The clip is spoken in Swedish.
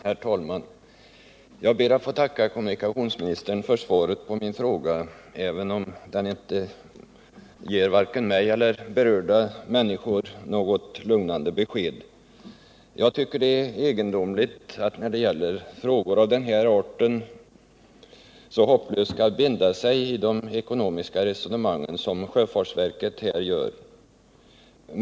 Herr talman! Jag ber att få tacka kommunikationsministern för svaret på min fråga, även om det inte ger vare sig mig eller berörda människor något lugnande besked. Jag tycker det är egendomligt att man när det gäller frågor av den här arten så hopplöst skall binda sig i de ekonomiska resonemangen som sjöfartsverket här gör.